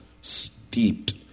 steeped